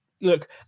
look